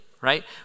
right